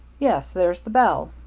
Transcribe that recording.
yes, there's the bell.